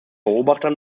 beobachter